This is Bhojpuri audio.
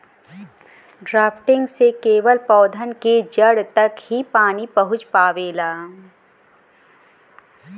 ड्राफ्टिंग से केवल पौधन के जड़ तक ही पानी पहुँच पावेला